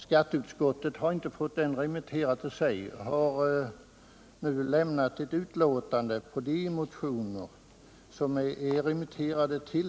Skatteutskottet har inte fått den remitterad till sig utan har nu lämnat ett utlåtande bara över de motioner som remitterats dit.